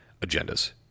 agendas